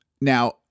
Now